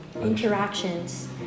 interactions